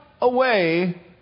away